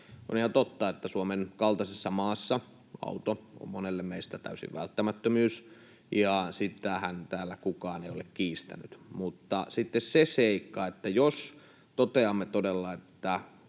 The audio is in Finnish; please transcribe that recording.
On ihan totta, että Suomen kaltaisessa maassa auto on monelle meistä täysin välttämättömyys, ja sitähän täällä kukaan ei ole kiistänyt. Mutta sitten on se seikka, että jos toteamme todella,